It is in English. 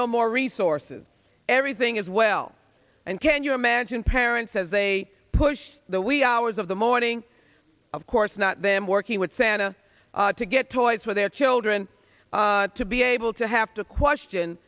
no more resources everything is well and can you imagine parents as they push the wee hours of the morning of course not them working with santa to get toys for their children to be able to have to question